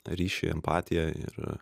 ryši empatiją ir